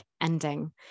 ending